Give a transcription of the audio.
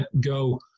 go